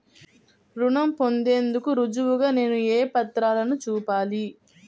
రుణం పొందేందుకు రుజువుగా నేను ఏ పత్రాలను చూపాలి?